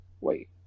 wait